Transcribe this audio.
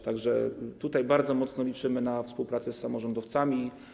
Tak że tutaj bardzo mocno liczymy na współpracę z samorządowcami.